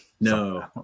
no